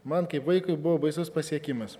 man kaip vaikui buvo baisus pasiekimas